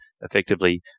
effectively